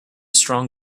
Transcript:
strong